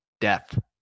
Death